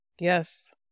Yes